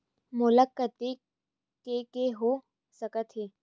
मोला कतेक के के हो सकत हे?